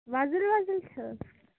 وۅزٕلۍ وۅزٕلۍ چھِ حظ